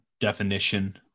definition